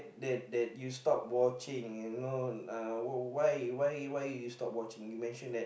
that that you stopped watching you know uh why why why you stopped watching you mentioned that